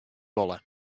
wolle